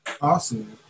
Awesome